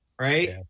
Right